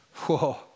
Whoa